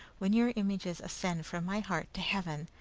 when your images ascended from my heart to heaven,